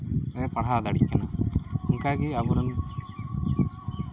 ᱯᱟᱲᱦᱟᱣ ᱫᱟᱲᱮᱜᱼᱟᱭ ᱚᱱᱠᱟᱜᱮ ᱟᱵᱚᱨᱮᱱ